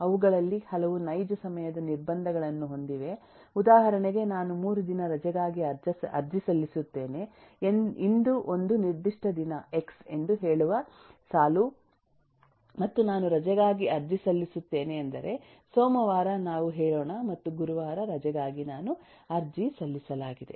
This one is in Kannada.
ಅವುಗಳಲ್ಲಿ ಹಲವು ನೈಜ ಸಮಯದ ನಿರ್ಬಂಧಗಳನ್ನು ಹೊಂದಿವೆ ಉದಾಹರಣೆಗೆ ನಾನು 3 ದಿನ ರಜೆಗಾಗಿ ಅರ್ಜಿ ಸಲ್ಲಿಸುತ್ತೇನೆ ಇಂದು ಒಂದು ನಿರ್ದಿಷ್ಟ ದಿನ ಎಕ್ಸ್ ಎಂದು ಹೇಳುವ ಸಾಲು ಮತ್ತು ನಾನು ರಜೆಗಾಗಿ ಅರ್ಜಿ ಸಲ್ಲಿಸುತ್ತೇನೆ ಅಂದರೆ ಸೋಮವಾರ ನಾವು ಹೇಳೋಣ ಮತ್ತು ಗುರುವಾರ ರಜೆಗಾಗಿ ನಾನು ಅರ್ಜಿ ಸಲ್ಲಿಸಲಾಗಿದೆ